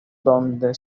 donde